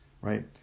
right